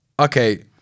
Okay